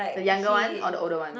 the younger one or the older one